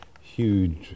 Huge